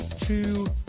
two